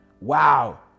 Wow